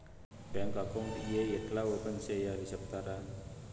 Bank account ఏ ఎట్లా open సేయాలి సెప్తారా?